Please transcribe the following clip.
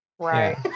Right